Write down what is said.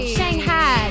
Shanghai